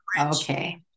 okay